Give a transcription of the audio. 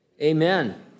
amen